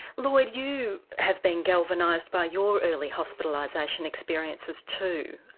lloyd you have been galvanised by your early hospitalisation experiences too.